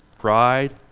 pride